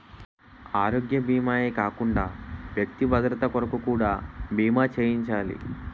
ఆరోగ్య భీమా ఏ కాకుండా వ్యక్తి భద్రత కొరకు కూడా బీమా చేయించాలి